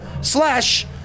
slash